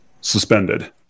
suspended